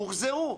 הוחזרו,